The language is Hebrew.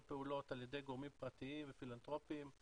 פעולות על ידי גורמים פרטיים ופילנתרופיים,